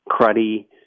cruddy